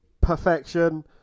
perfection